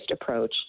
approach